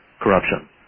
corruption